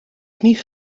knie